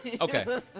Okay